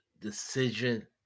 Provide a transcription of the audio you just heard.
decision